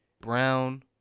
Brown